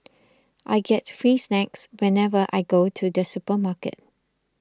I get free snacks whenever I go to the supermarket